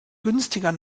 günstiger